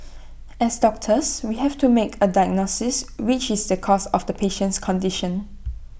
as doctors we have to make A diagnosis which is the cause of the patient's condition